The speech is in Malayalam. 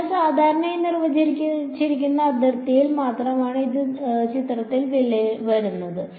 അതിനാൽ സാധാരണയായി നിർവചിച്ചിരിക്കുന്ന അതിർത്തിയിൽ മാത്രമാണ് ഇത് ചിത്രത്തിൽ വരുന്നത്